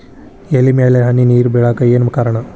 ಎಲೆ ಮ್ಯಾಲ್ ಹನಿ ನೇರ್ ಬಿಳಾಕ್ ಏನು ಕಾರಣ?